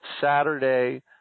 Saturday